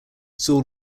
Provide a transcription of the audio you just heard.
saul